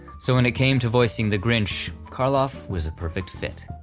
so when it came to voicing the grinch, karloff was a perfect fit.